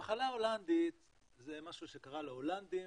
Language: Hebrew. המחלה ההולנדית זה משהו שקרה להולנדים,